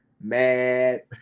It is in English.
mad